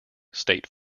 state